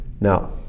Now